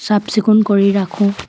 চাফ চিকুণ কৰি ৰাখোঁ